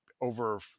over